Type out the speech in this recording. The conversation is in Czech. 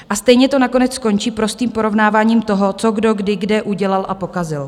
A stejně to nakonec skončí prostým porovnáváním toho, co kdo kdy kde udělal a pokazil.